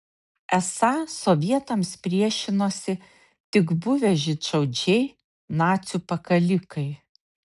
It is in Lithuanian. esą sovietams priešinosi tik buvę žydšaudžiai nacių pakalikai